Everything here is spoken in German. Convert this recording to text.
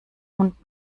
hund